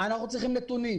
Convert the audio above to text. אנחנו צריכים נתונים,